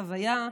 חוויה,